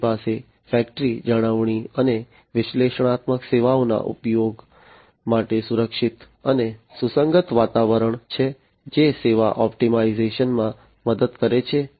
તેમની પાસે ફેક્ટરી જાળવણી અને વિશ્લેષણાત્મક સેવાઓના ઉપયોગ માટે સુરક્ષિત અને સુસંગત વાતાવરણ છે જે સેવા ઑપ્ટિમાઇઝેશનમાં મદદ કરે છે